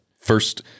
first